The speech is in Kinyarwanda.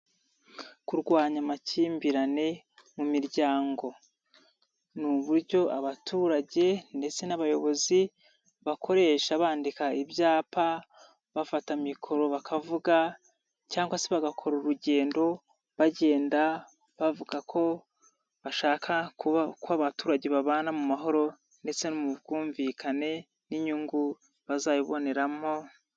Kurwanya amakimbirane mu miryango ni uburyo abaturage ndetse n'abayobozi bakoresha bandika ibyapa, bafatamikoro bakavuga cyangwa se bagakora urugendo bagenda bavuga ko bashaka ko abaturage babana mu mahoro ndetse no mu bwumvikane n'inyungu bazabiboneramo.